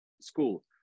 school